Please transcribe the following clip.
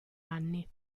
anni